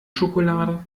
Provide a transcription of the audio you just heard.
schokolade